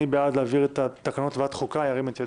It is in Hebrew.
מי בעד להעביר את התקנות לוועדת החוקה ירים את ידו.